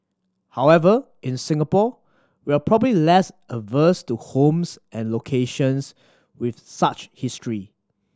however in Singapore we are probably less averse to homes and locations with such history